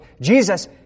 Jesus